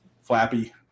Flappy